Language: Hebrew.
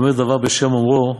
והאומר דבר בשם אומרו.